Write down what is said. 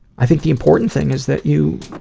i think the important thing is that you